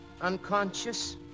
unconscious